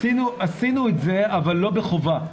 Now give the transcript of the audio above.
עשינו את זה, אבל לא בחובה.